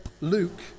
Luke